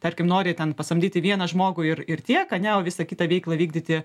tarkim nori ten pasamdyti vieną žmogų ir ir tiek ane o visą kitą veiklą vykdyti